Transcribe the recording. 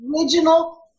original